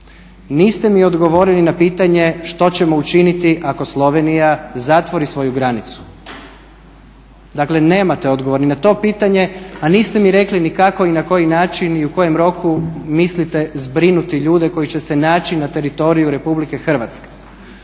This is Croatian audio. Niste mi odgovorili na pitanje što ćemo učiniti ako Slovenija zatvori svoju granicu. Dakle, nemate odgovor ni na to pitanje. A niste mi rekli ni kako i na koji način i u kojem roku mislite zbrinuti ljude koji će se naći na teritoriju RH.